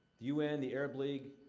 the u n, the arab league,